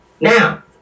now